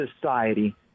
society